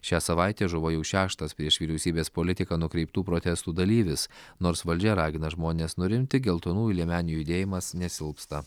šią savaitę žuvo jau šeštas prieš vyriausybės politiką nukreiptų protestų dalyvis nors valdžia ragina žmones nurimti geltonųjų liemenių judėjimas nesilpsta